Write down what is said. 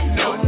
no